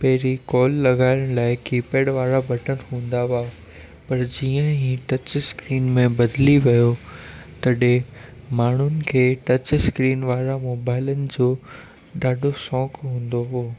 पहिरीं कॉल लॻाइण लाइ कीपेड वारा बटण हूंदा हुआ पर जीअं ई टच स्क्रीन में बदिली वियो तॾहिं माण्हुनि खे टच स्क्रीन वारा मोबाइलनि जो ॾाढो शौक़ु हूंदो हुओ